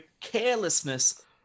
carelessness